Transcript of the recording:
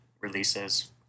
releases